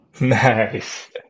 Nice